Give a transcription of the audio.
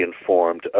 informed